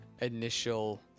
initial